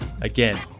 Again